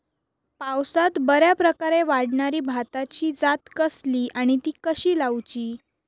पावसात बऱ्याप्रकारे वाढणारी भाताची जात कसली आणि ती कशी लाऊची?